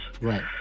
Right